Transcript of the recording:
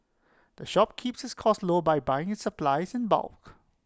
the shop keeps its costs low by buying supplies in bulk